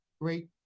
great